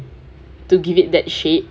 to give it that shape